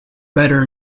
better